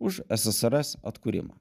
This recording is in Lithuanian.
už ssrs atkūrimą